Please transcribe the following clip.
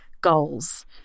goals